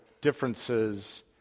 differences